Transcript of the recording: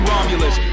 Romulus